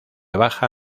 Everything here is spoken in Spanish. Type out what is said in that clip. baja